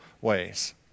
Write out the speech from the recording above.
ways